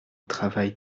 travail